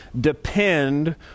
depend